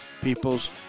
people's